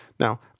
Now